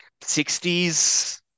60s